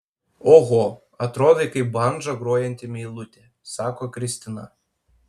oho atrodai kaip bandža grojanti meilutė sako kristina